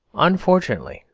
unfortunately,